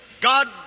God